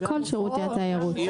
יש